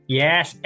yes